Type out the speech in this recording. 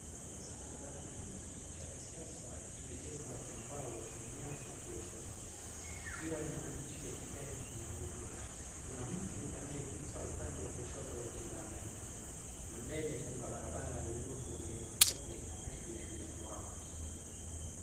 Kibanda hiki cha mpesa kimejengwa kwa mbao na nyavu ya chuma, kikiwa na maandishi ya kijani na nyeupe, kuna mtu anayepita upande wa kushoto wa kibanda hiki na mbele kuna barabara ya udongo ya matope na maji yaliyotuama.